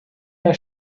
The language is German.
der